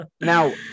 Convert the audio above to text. Now